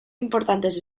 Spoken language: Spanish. importantes